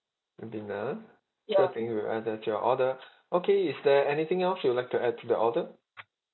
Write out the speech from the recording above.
Ribena ah sure thing we'll add that to your order okay is there anything else you would like to add to the order